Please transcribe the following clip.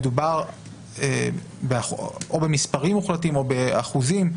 מדובר או במספרים מוחלטים או באחוזים,